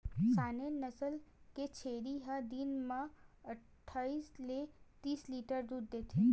Saanen नसल के छेरी ह दिन म अड़हई ले तीन लीटर तक दूद देथे